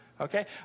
Okay